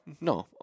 no